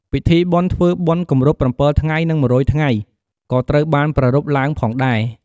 ពិធីបុណ្យធ្វើបុណ្យគម្រប់ ៧ថ្ងៃ និង ១០០ថ្ងៃ ក៏ត្រូវបានប្រារព្ធឡើងផងដែរ។